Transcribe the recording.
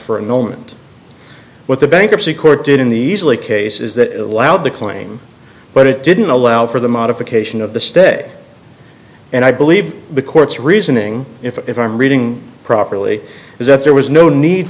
for a moment what the bankruptcy court did in the easily cases that allowed the claim but it didn't allow for the modification of the stay and i believe the court's reasoning if i'm reading properly is that there was no need